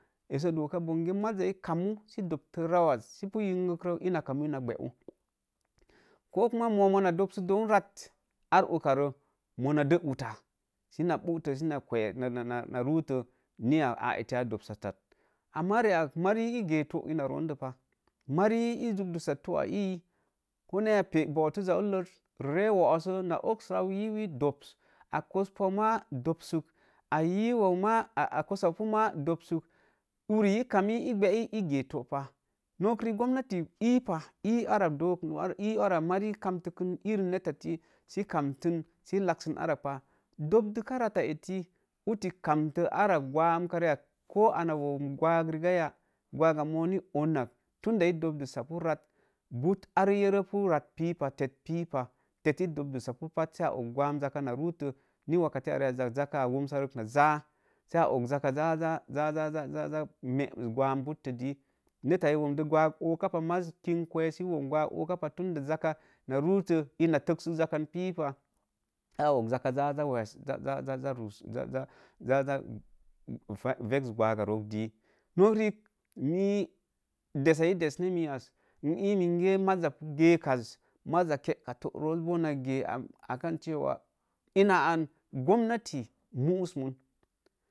Essə doka bonge maza ii kammu sə dobto rauwaz sə pu yingigre ina kammu ina bewu, ko kuma mo mona dobsok don rat, ar uka ree muna dee utta. sə na buttə sə na kwa, na na na ruu to niya ə etti a dobsattak ama riak mari gee to ina ron do pə, mari ii juk duso too a ii, ko neya pee butoza ulloz ree woosə na ogs rau yiwi dobs, a kospan mə dobsək, a yiwau mə, a kosapu mə dobsale uri ii kami bəyi ii gee topa, nok riik gomnati ii pal ii arra mari kamtukən irrin nehetti sə kamtin sə ləksən awak pah, dobtuka rat ehi uti kamtə arra gwam ka riak koo muna wom gwam rigaya, gwaga mook ni oonat tunda ii dobdusa pu rat, but ar yerepu rat pipa tet pipah, te ii dobdusapu pat sə a og jaka na rutə, ni wakatə riak rəak zakə womsarək na zə jə, jə meemus gwam buftə dii- netta ii womdə gwam okapah maz kin was sə wom gwam ekapah, tunda zaka na ruistə, tunda maz kin was sə wom gwag okapah, ina təksəle zəkan pipah, sə a og zəka jə jə wes, jə jə ruus vesk gwaga roo dii, nok reek mii dessa ii dess ne mii as n ee minge məza geek az, məza kekka too roo boo na gee akan cewa ina an gomnati muus mun.